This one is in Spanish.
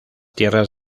tierras